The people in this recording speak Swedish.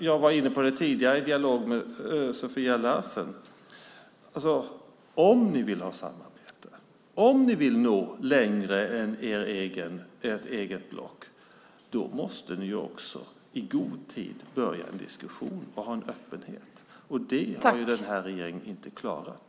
Jag var inne på det tidigare i dialog med Sofia Larsen: Om ni vill ha samarbete och nå längre än ert eget block måste ni i god tid börja en diskussion och ha en öppenhet. Det har den här regeringen inte klarat.